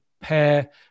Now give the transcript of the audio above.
pair